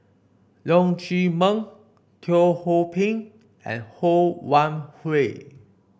Leong Chee Mun Teo Ho Pin and Ho Wan Hui